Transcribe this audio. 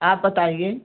आप बताइए